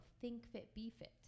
think-fit-be-fit